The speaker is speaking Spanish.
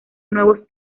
nuevos